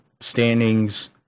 standings